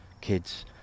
kids